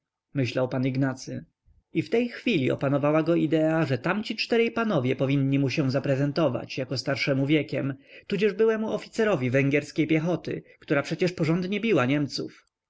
zaprezentują myślał pan ignacy i w tej chwili opanowała go idea że tamci czterej panowie powinni mu się zaprezentować jako starszemu wiekiem tudzież byłemu oficerowi węgierskiej piechoty która przecież porządnie biła niemców